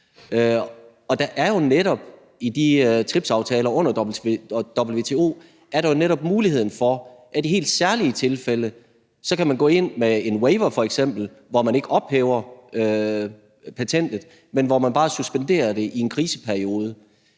Der er jo netop i TRIPS-aftalen under WTO muligheden for, at man i helt særlige tilfælde kan gå ind med en waiver f.eks., hvor man ikke ophæver patentet, men hvor man bare suspenderer det i en kriseperiode.